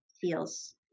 feels